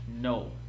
No